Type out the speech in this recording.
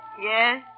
Yes